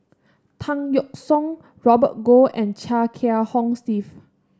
Tan Yeok Seong Robert Goh and Chia Kiah Hong Steve